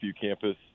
campus